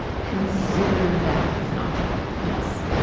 consider that as an option? yes,